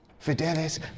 Fidelis